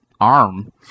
arm